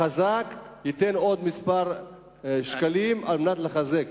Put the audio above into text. החזק ייתן עוד כמה שקלים כדי לחזק.